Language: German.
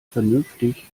vernünftig